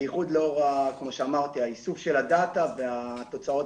בייחוד לאור האיסוף של הדטה והתוצאות